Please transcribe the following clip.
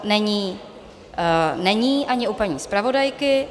Není, není ani u paní zpravodajky.